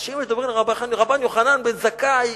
אנשים מדברים על רבן יוחנן בן זכאי